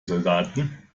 soldaten